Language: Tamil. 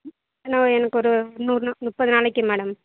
என எனக்கு ஒரு முப்பது நாளைக்கு மேடம்